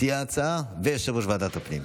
אדוני, מציע ההצעה ויושב-ראש ועדת הפנים.